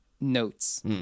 notes